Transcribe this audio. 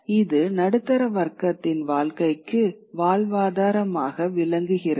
இது நடுத்தர வர்க்கத்தின் வாழ்க்கைக்கு வாழ்வாதாரமாக விளங்குகிறது